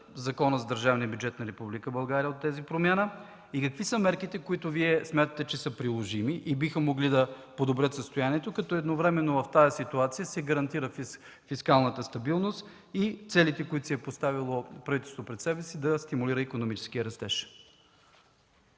България от тази промяна? Какви са мерките, които Вие смятате за приложими и биха могли да подобрят състоянието, като едновременно в тази ситуация гарантират фискалната стабилност и целите, които си е поставило правителството – да стимулира икономическия растеж?